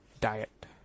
diet